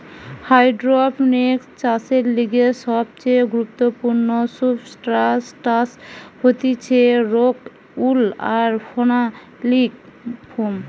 hydroponics চাষের লিগে সবচেয়ে গুরুত্বপূর্ণ সুবস্ট্রাটাস হতিছে রোক উল আর ফেনোলিক ফোম